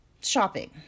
shopping